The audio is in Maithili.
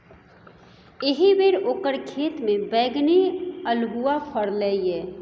एहिबेर ओकर खेतमे बैगनी अल्हुआ फरलै ये